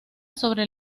sobre